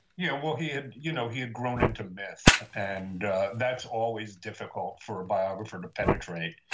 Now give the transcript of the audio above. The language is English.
yeah. well, he had you know he had grown into myth, and that's always difficult for a biographer to penetrate.